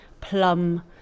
plum